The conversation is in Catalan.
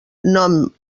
nom